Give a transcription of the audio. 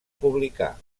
publicar